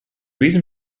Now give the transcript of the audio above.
reason